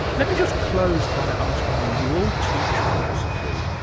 let me just close by asking you, you all teach philosophy,